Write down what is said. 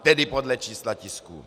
Tedy podle čísla tisků.